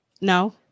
No